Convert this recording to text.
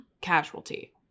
casualty